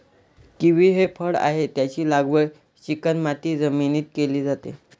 kiwi हे फळ आहे, त्याची लागवड चिकणमाती जमिनीत केली जाते